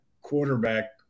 quarterback